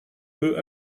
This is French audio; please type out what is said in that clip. peut